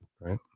Right